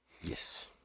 yes